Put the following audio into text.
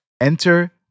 Enter